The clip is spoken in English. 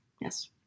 yes